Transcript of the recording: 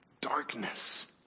Darkness